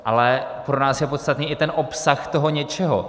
Ale pro nás je podstatný i ten obsah toho něčeho.